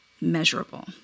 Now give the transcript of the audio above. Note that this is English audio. measurable